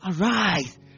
Arise